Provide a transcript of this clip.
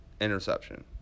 interception